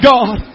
God